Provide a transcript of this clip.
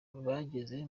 bageze